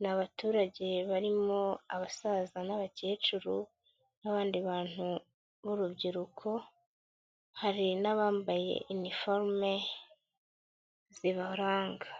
ni abaturage barimo abasaza n'abakecuru, n'abandi bantu b'urubyiruko, hari n'abambaye iniforume zibaranga.